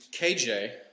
KJ